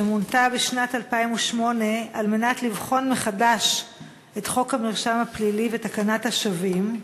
שמונתה בשנת 2008 לבחון מחדש את חוק המרשם הפלילי ותקנת השבים,